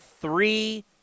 three